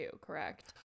correct